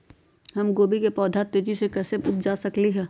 हम गोभी के पौधा तेजी से कैसे उपजा सकली ह?